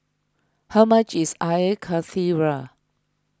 how much is Air Karthira